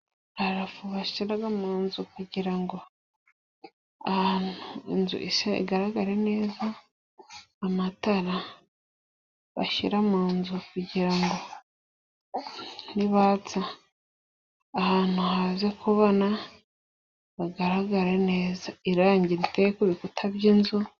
Parafu bashyira mu nzu kugira ngo ahantu inzu ise, igaragare neza .Amatara bashyira mu nzu kugira ngo nibatsa ahantu haze kubona hagaragare neza, irangi riteye ku bikuta by'inzu.